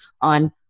on